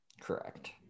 Correct